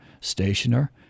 stationer